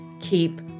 keep